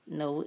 no